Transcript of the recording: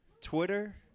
Twitter